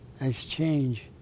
exchange